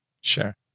Sure